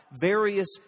various